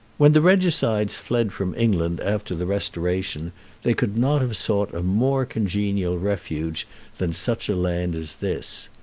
when the regicides fled from england after the restoration they could not have sought a more congenial refuge than such a land as this.